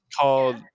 called